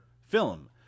film